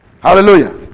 Hallelujah